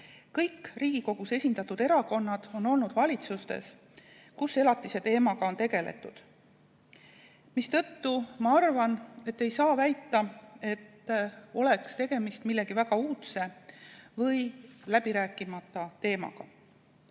Kõik Riigikogus esindatud erakonnad on olnud valitsustes, kus elatiseteemaga on tegeletud. Seetõttu ma arvan, et ei saa väita, nagu oleks tegemist millegi väga uudsega või läbirääkimata teemaga.